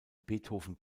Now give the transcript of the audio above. beethoven